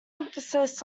emphasis